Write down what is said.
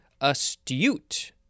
astute